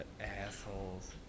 assholes